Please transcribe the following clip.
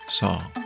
song